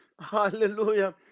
hallelujah